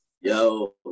Yo